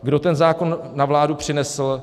Kdo ten zákon na vládu přinesl?